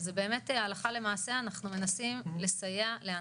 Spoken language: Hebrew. זה שאנחנו לא רוצים לשלם גם את